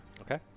Okay